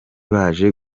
baje